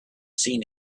seen